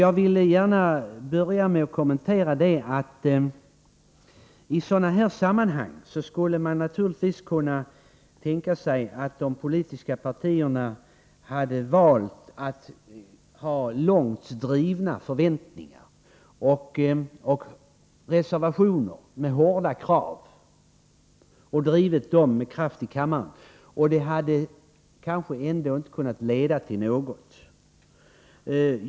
Först vill jag då gärna göra den kommentaren, att man i sådana här sammanhang skulle kunna tänka sig att de politiska partierna hade valt att hysa långtgående förväntningar och skriva reservationer med hårda krav och driva dessa med kraft i kammaren. Det hade kanske ändå inte kunnat leda till något.